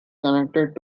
connected